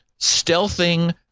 stealthing